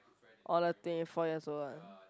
orh the twenty four years old one